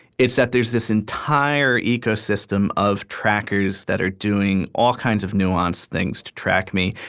it's that there's this entire ecosystem of trackers that are doing all kinds of nuanced things to track me,